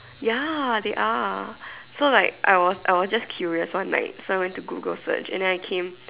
ya they are so like I was I was just curious one night so I went to Google search and then I came